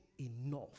enough